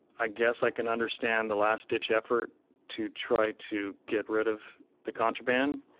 i guess i can understand the last stitch effort to try to get rid of the contraband.